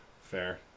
Fair